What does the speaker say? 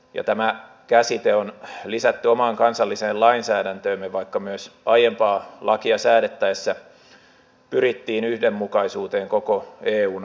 ja tämä käsite on lisätty omaan kansalliseen lainsäädäntöömme vaikka myös aiempaa lakia säädettäessä pyrittiin yhdenmukaisuuteen koko eun alueella